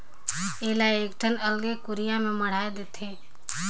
एला एकठन अलगे कुरिया में मढ़ाए देथे